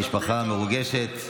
המשפחה מרוגשת.